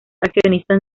accionistas